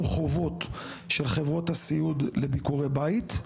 חובות של חברות הסיעוד לביקורי בית?